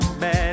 bad